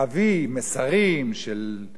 של חינוך,